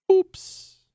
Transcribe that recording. Oops